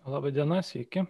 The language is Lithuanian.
laba diena sveiki